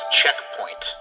checkpoint